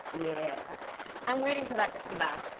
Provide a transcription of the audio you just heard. yeah i'm waiting for that to come back.